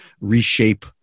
reshape